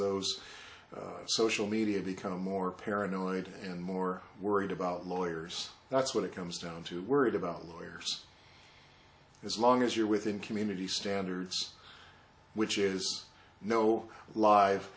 those social media become more paranoid and more worried about lawyers that's what it comes down to worried about lawyers as long as you're within community standards which is no live